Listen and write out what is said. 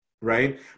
right